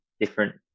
different